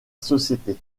société